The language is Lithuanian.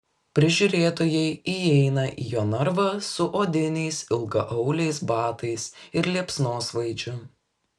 prižiūrėtojai įeina į jo narvą su odiniais ilgaauliais batais ir liepsnosvaidžiu